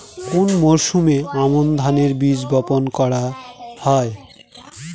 কোন মরশুমে আমন ধানের বীজ বপন করা হয়?